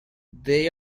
they